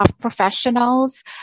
professionals